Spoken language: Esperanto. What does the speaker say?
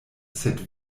sed